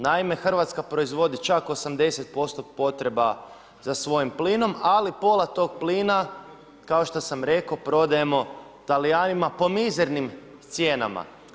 Naime, Hrvatska proizvodi čak 80% potreba za svojim plinom, ali pola tog plina kao što sam rekao prodajemo Talijanima po mizernim cijenama.